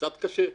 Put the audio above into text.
קצת קשה.